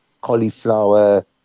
cauliflower